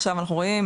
עכשיו אנחנו רואים,